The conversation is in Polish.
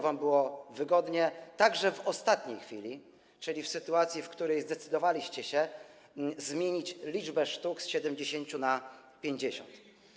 wam było wygodnie, także w ostatniej chwili, czyli w sytuacji, w której zdecydowaliście się zmienić liczbę sztuk z 70 na 50.